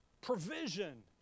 provision